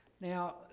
Now